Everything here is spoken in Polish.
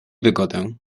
wygodę